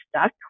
stuck